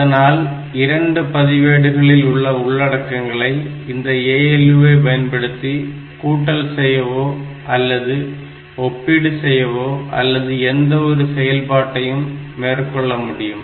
அதனால் இரண்டு பதிவேடுகளில் உள்ள உள்ளடக்கங்களை இந்த ALU வை பயன்படுத்தி கூட்டல் செய்யவோ அல்லது ஒப்பீடு செய்யவோ அல்லது எந்த ஒரு செயல்பாட்டையும் மேற்கொள்ளவும் முடியும்